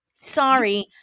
sorry